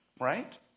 right